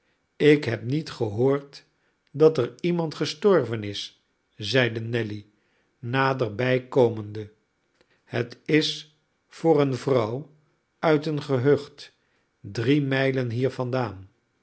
ik heb niet gehoord dat er iemand gestorven is zeide nelly naderbij komende het is voor eene vrouw uit een gehucht drie mijlen hier vandaan